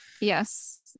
Yes